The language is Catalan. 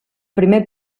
primer